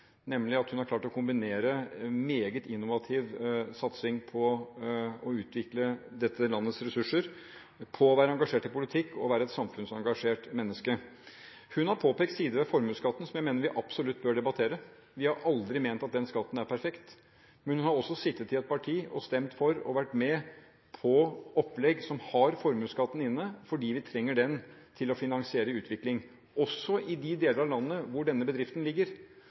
nemlig at hun har klart å kombinere meget innovativ satsing på å utvikle dette landets ressurser med å være engasjert i politikk og å være et samfunnsengasjert menneske. Hun har påpekt sider ved formuesskatten som jeg mener vi absolutt bør debattere. Vi har aldri ment at denne skatten er perfekt. Hun har også sittet i et parti og stemt for og vært med på opplegg som har formuesskatten inne fordi vi trenger den til å finansiere utvikling, også i de deler av landet hvor denne bedriften ligger,